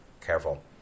careful